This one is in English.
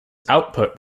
output